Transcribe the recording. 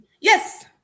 Yes